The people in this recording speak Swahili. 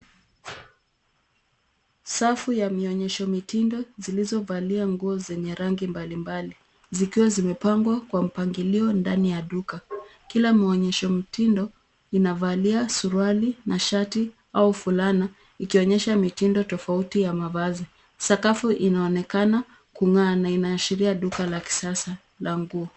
Safu ya mionyesho mitindo zilizovalia nguo zenye rangi mbalimbali zikiwa zimepangwa kwa mpangilio ndani ya duka. Kila mwonyesha mitindo inavalia suruali na shati au fulana, ikionyesha mitindo tofauti ya mavazi. Sakafu inaonekana kung'aa na inaashiria duka la kisasa la nguo.